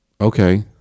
Okay